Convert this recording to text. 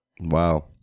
Wow